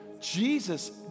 Jesus